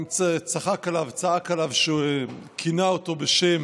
הוא צחק וצעק עליו, וכינה אותו בשם,